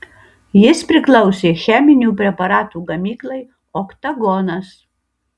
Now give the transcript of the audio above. jis priklausė cheminių preparatų gamyklai oktagonas